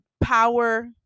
power